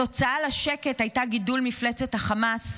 התוצאה לשקט הייתה גידול מפלצת החמאס,